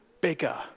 bigger